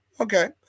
Okay